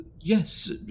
Yes